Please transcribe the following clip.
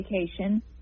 vacation